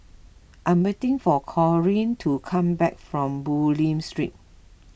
I am waiting for Corrie to come back from Bulim Street